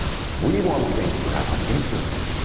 but we want things to happen instantly.